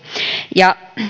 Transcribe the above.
ja